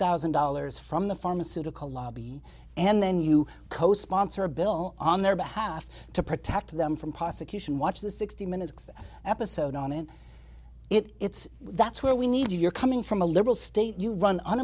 thousand dollars from the pharmaceutical lobby and then you co sponsor a bill on their behalf to protect them from prosecution watch the sixty minutes episode on it it's that's where we need you you're coming from a liberal state you run